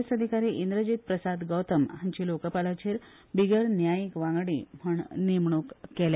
एस अधिकारी इंद्रजीत प्रसाद गौतम हांची लोकपालाचेर बिगर न्यायिक वांगडी म्हण नेमणूक केल्या